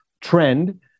trend